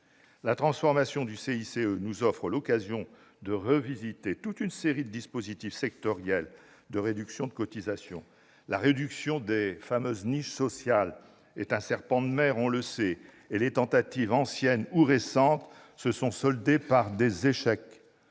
La transformation du CICE nous offre l'occasion de revisiter toute une série de dispositifs sectoriels de réductions de cotisations. La réduction des fameuses « niches sociales » est un serpent de mer, et les tentatives, anciennes ou récentes, se sont soldées par des échecs